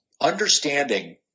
understanding